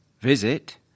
Visit